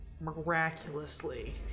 miraculously